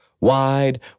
wide